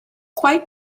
quite